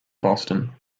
boston